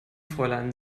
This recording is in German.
fräulein